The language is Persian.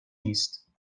نیست